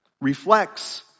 reflects